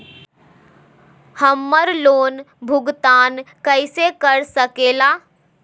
हम्मर लोन भुगतान कैसे कर सके ला?